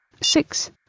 Six